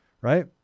right